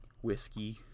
Whiskey